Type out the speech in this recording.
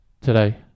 today